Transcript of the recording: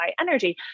energy